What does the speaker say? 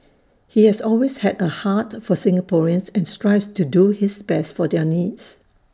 he has always had A heart for Singaporeans and strives to do his best for their needs